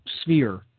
sphere